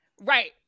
right